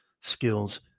skills